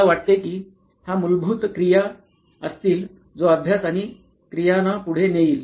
मला वाटते की हा मूलभूत क्रिया असतील जो अभ्यास आणि क्रियानां पुढे नेईल